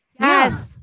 Yes